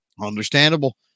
Understandable